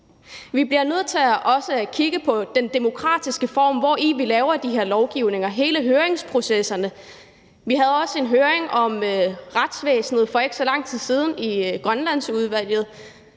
Vi bliver nødt til også at kigge på den demokratiske form, hvori vi laver de her lovgivninger – hele høringsprocessen. Vi havde også en høring om retsvæsenet for ikke så lang tid siden i Grønlandsudvalget,